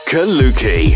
Kaluki